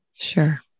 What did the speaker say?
Sure